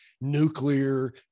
nuclear